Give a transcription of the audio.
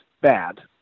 bad